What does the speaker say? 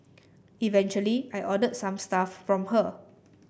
eventually I ordered some stuff from her